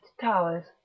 towers